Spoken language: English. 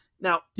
Now